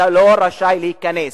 אתה לא רשאי להיכנס.